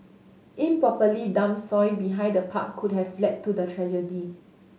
improperly dumped soil behind the park could have led to the tragedy